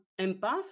empath